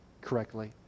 correctly